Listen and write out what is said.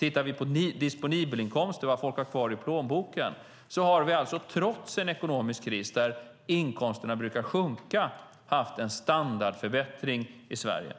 När det gäller disponibel inkomst, vad folk har kvar i plånboken, har vi, trots en ekonomisk kris där inkomsterna brukar sjunka, haft en standardförbättring i Sverige.